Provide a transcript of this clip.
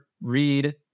read